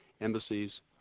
embassies